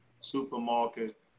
supermarket